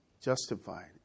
justified